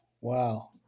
Wow